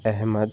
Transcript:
Ahmad